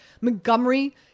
Montgomery